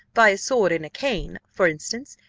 by a sword in a cane, for instance,